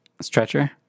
stretcher